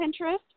pinterest